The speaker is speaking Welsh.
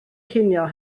cinio